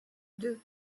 deux